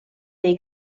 dei